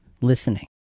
listening